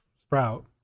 sprout